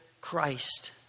Christ